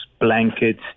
blankets